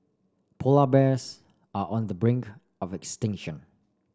polar bears are on the brink of extinction